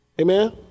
Amen